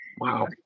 Wow